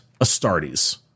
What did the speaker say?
Astartes